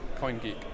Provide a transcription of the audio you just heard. CoinGeek